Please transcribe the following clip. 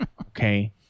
Okay